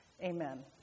amen